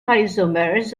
isomers